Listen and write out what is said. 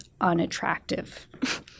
unattractive